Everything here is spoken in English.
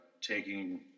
taking